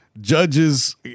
judges